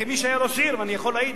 כמי שהיה ראש עיר ואני יכול להעיד,